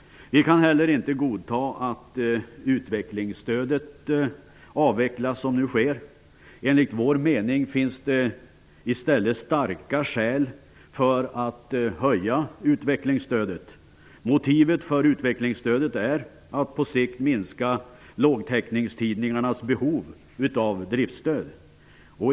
Vi kan inte heller godta att utvecklingsstödet avvecklas såsom nu sker. Enligt vår mening finns det i stället starka skäl för att höja utvecklingsstödet. Motivet för utvecklingsstödet är att på sikt minska lågtäckningstidningarnas behov av driftsstöd.